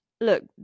Look